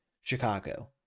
Chicago